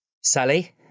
Sally